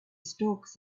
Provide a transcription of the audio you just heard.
storks